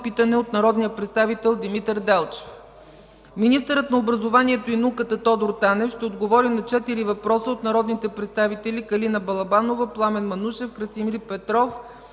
питане от народния представител Димитър Делчев. Министърът на образованието и науката Тодор Танев ще отговори на четири въпроса от народните представители Калина Балабанова, Пламен Манушев, Красимир Петров